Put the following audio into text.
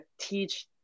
teach